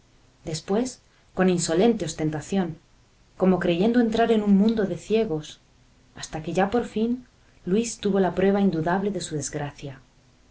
después con insolente ostentación como creyendo entrar en un mundo de ciegos hasta que ya por fin luis tuvo la prueba indudable de su desgracia